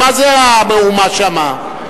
מה זה המהומה שם?